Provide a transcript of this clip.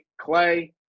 Clay